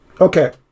okay